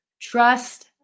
Trust